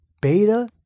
beta